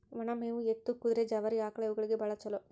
ಒನ ಮೇವು ಎತ್ತು, ಕುದುರೆ, ಜವಾರಿ ಆಕ್ಳಾ ಇವುಗಳಿಗೆ ಬಾಳ ಚುಲೋ